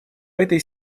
этой